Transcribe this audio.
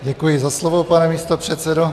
Děkuji za slovo, pane místopředsedo.